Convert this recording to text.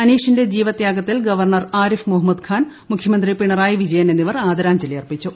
അനീഷിന്റെ ജീവത്യാഗത്തിൽ ഗവർണൂർ ആരിഫ് മുഹമ്മദ് ഖാൻ മുഖ്യമന്ത്രി പിണറായി വിജയൻ എന്നിവർ ആദരാഞ്ജലി അർപ്പിച്ചു